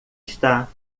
está